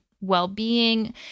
well-being